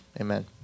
amen